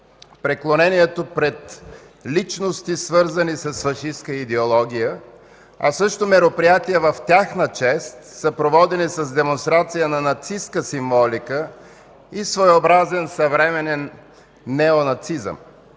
преклонението пред личности, свързани с фашистка идеология, а също мероприятия в тяхна чест, съпроводени с демонстрация на нацистка символика и своеобразен съвременен неонацизъм.